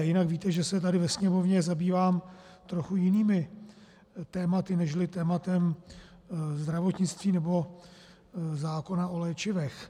Jinak víte, že se tady ve Sněmovně zabývám trochu jinými tématy nežli tématem zdravotnictví nebo zákona o léčivech.